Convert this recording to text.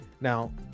Now